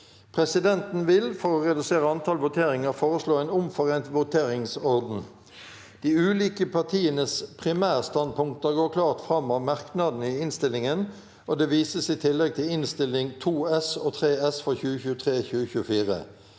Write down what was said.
Presidenten vil – for å redusere antall voteringer – foreslå en omforent voteringsorden. De ulike partienes primærstandpunkt går klart fram av merknadene i innstillingen, og det vises i tillegg til Innst. 2 S og 3 S for 2023–2024.